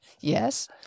yes